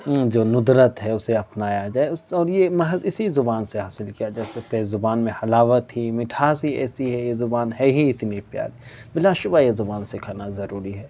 جو ندرت ہے اسے اپنایا جائے اور یہ محض اسی زبان سے حاصل کیا جا سکتا ہے اس زبان میں حلاوت ہی مٹھاس ہی ایسی ہے یہ زبان ہے ہی اتنی پیاری بلا شبہ یہ زبان سکھانا ضروری ہے